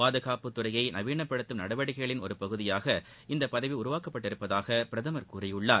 பாதுகாப்புத் துறையை நவீனப்படுத்தும் நடவடிக்கைகளில் ஒரு பகுதியாக இப்பதவி உருவாக்கப்பட்டிருப்பதாக பிரதமர் கூறியுள்ளார்